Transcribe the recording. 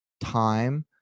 time